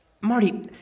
Marty